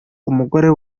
umugore